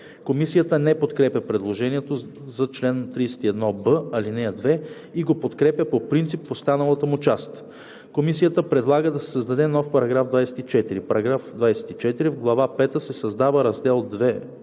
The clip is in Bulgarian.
Комисията не подкрепя предложението за чл. 31б, ал. 2 и го подкрепя по принцип в останалата му част. Комисията предлага да се създаде нов § 24: „§ 24. В глава пета се създава раздел